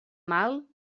mal